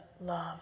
love